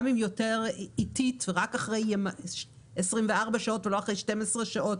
גם אם יותר איטית ורק אחרי 24 שעות ולא אחרי 12 שעות,